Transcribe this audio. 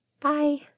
Bye